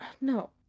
no